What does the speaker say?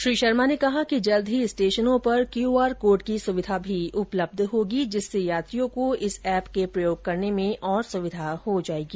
श्री शर्मा ने कहा कि जल्द ही स्टेषनों पर क्यूआर कोड की सुविधा भी उपलब्ध होगी जिससे यात्रियों को इस ऐप के प्रयोग करने में और सुविधा हो जायेगी